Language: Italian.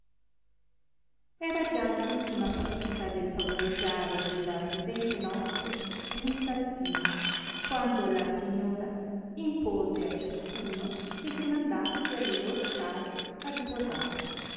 era già l'ultima fatica del favoleggiare della presente notte giunta al fine quando la signora impose a ciascuno che se n'andasse alle lor case a riposare